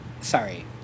sorry